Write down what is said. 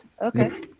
Okay